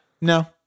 No